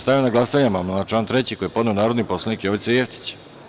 Stavljam na glasanje amandman na član 3. koji je podneo narodni poslanik Jovica Jevtić.